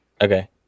okay